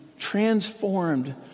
transformed